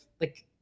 like-